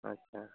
ᱟᱪᱪᱷᱟ